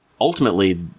ultimately